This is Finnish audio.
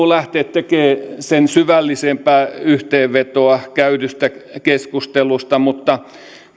lähteä tekemään sen syvällisempää yhteenvetoa käydystä keskustelusta mutta